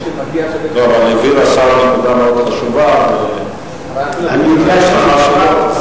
אבל הבהיר השר נקודה מאוד חשובה, ואם יש לך שאלות,